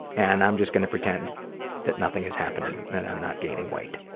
and i'm just going to pretend that nothing is happening, that i'm not gaining weight.